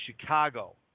chicago